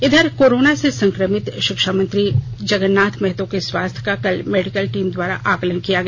इधर कोरोना से संक्रमित शिक्षामंत्री जगरनाथ महतो के स्वास्थ का कल मेडिकल टीम द्वारा आंकलन किया गया